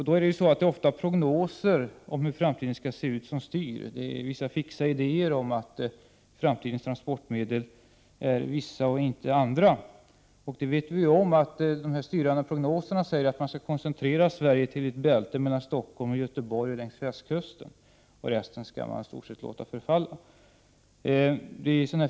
Då är det ju ofta prognoser om hur framtiden skall se ut som styr. Det finns fixa idéer om att framtidens transportmedel är vissa och inte andra. Och vi vet ju att de styrande prognoserna innebär att man skall koncentrera Sverige till ett bälte mellan Stockholm och Göteborg och längs västkusten, och resten skall man i stort sett låta förfalla.